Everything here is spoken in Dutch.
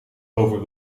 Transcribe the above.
over